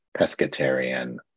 pescatarian